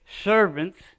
servants